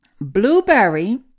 Blueberry